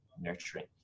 nurturing